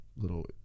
little